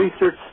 research